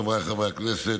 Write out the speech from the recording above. חבריי חברי הכנסת,